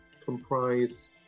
comprise